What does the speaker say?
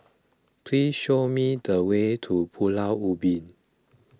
please show me the way to Pulau Ubin